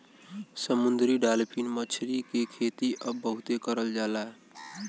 समुंदरी डालफिन मछरी के खेती अब बहुते करल जाला